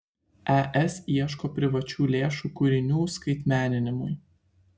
es ieško privačių lėšų kūrinių skaitmeninimui